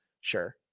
Sure